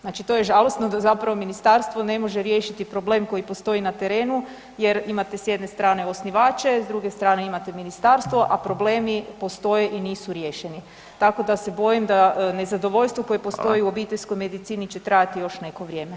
Znači to je žalosno da zapravo ministarstvo ne može riješiti problem koji postoji na terenu jer imate s jedne strane osnivače, s druge strane imate ministarstvo, a problemi postoje i nisu riješeni, tako da se bojim da nezadovoljstvo koje postoji u obiteljskoj [[Upadica: Hvala.]] medicini će trajati još neko vrijeme.